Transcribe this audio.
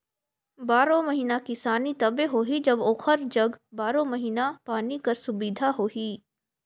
बारो महिना किसानी तबे होही जब ओकर जग बारो महिना पानी कर सुबिधा होही